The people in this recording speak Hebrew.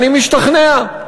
אני משתכנע,